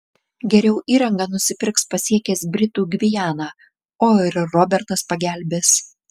geriau įrangą nusipirks pasiekęs britų gvianą o ir robertas pagelbės